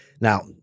Now